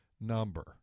number